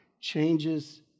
changes